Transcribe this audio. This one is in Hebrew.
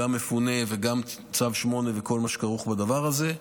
גם למפונה וגם לצו 8 וכל מה שכרוך בדבר הזה,